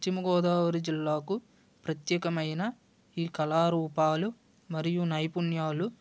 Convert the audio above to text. పశ్చిమ గోదావరి జిల్లాకు ప్రత్యేకమైన ఈ కళారూపాలు మరియు నైపుణ్యాలు